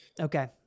Okay